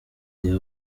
the